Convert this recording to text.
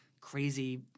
crazy